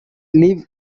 leaf